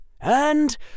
And